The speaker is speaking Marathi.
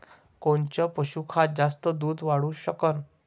कोनचं पशुखाद्य जास्त दुध वाढवू शकन?